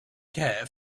care